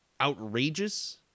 outrageous